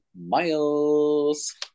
Miles